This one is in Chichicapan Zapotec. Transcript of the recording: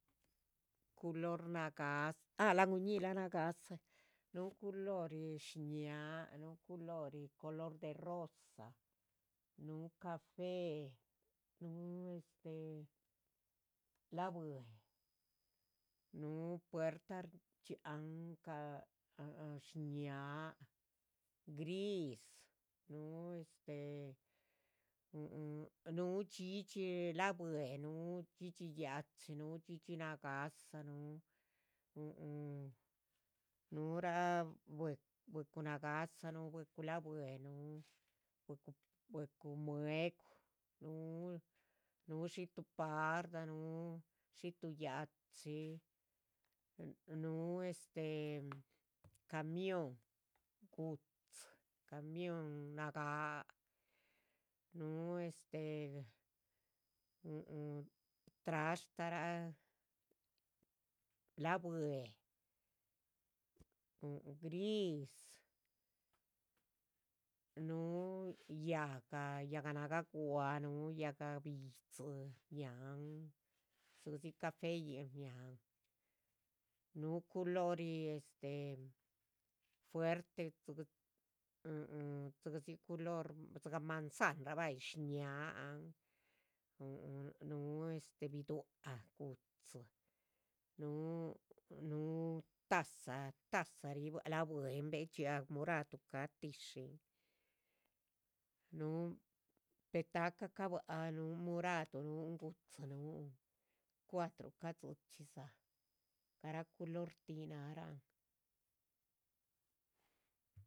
Culor nagáhsa ah an guñílah nagáhsa, núh culori shñáaha, núh culori color de rosa, núh café, núh este, la´bue, núh puerta shdxíahan shñáaha. gris, núhu este, huhu núh dhxídhxi la´bue, núhu dhxídhxi ya´chi, núh dhxídhxi nagáhsa, núh huhu nuhra, bwecu nagáhsa, nuh bwecu la´bue, nun bwecu, bwecu. muegu núh este xiitu parda, núh xxitu ya´chi, núh este camión gu´dzi, núh camión nagáa, núh este huhu, trashtaraa la´bue, gris, núhu yáhga, yáhga nagáa guáa. núh yáhga bi´dzi, shñáhan dzigahdzi cafe´yin shñáhan núh culori este, fuerte tuhbi huhu dzigadzi culor dzigah manzanrah bah, shñáahan huhu, núh este, bi´duac gu´dzi, núh npuh taza, taza ríh la´bue hen bieh dxiáac muradun, ca´tishín, núh petaca ca´bua núh muradu núhun gu´dzin cuadruca dzichxídza. garáa culor tih nuhra